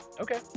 Okay